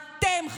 אתם,